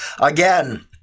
again